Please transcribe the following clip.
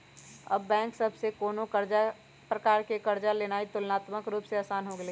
अब बैंक सभ से कोनो प्रकार कें कर्जा लेनाइ तुलनात्मक रूप से असान हो गेलइ